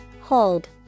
Hold